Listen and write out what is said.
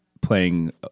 playing